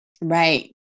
Right